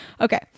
Okay